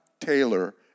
Taylor